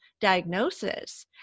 diagnosis